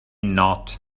not